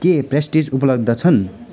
के प्रेस्टिज उपलब्ध छन्